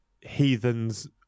heathens